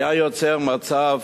היה נוצר מצב